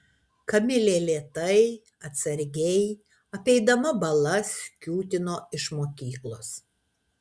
kamilė lėtai atsargiai apeidama balas kiūtino iš mokyklos